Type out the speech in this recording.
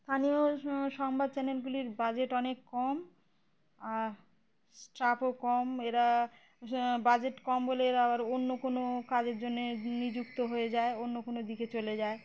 স্থানীয় সো সংবাদ চ্যানেলগুলির বাজেট অনেক কম আর স্টাফও কম এরা বাজেট কম বলে এরা আবার অন্য কোনো কাজের জন্যে নিযুক্ত হয়ে যায় অন্য কোনো দিকে চলে যায়